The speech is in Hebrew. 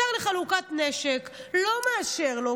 השר לחלוקת נשק לא מאשר לו,